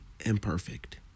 imperfect